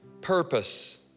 purpose